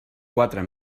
quatre